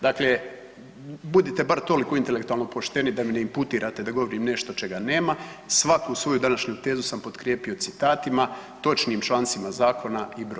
Dakle, budite bar toliko intelektualno pošteni da mi ne imputirate da govorim nešto čega nema, svaku svoju današnju tezu sam potkrijepio citatima, točnim člancima zakonima i brojevima.